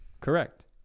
Correct